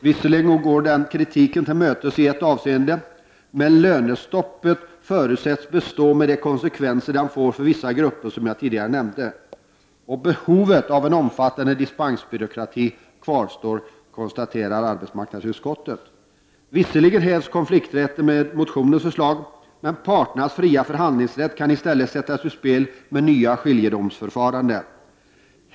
Visserligen går den kritiken till mötes i ett avseende, men lönestoppet förutsätts bestå med de konsekvenser det får för de grupper som jag tidigare nämnde. Behovet av en omfattande dispensbyråkrati kvarstår, konstaterar arbetsmarknadsutskottet. Ingreppen i konflikträtten hävs visserligen i motionens förslag, men parternas fria förhandlingsrätt kan i stället sättas ur spel med det nya skiljedomsförfarandet.